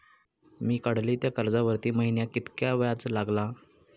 मी काडलय त्या कर्जावरती महिन्याक कीतक्या व्याज लागला?